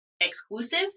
exclusive